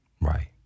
Right